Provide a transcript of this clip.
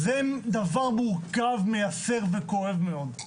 זה דבר מורכב, מייסר וכואב מאוד.